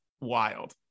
wild